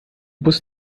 bus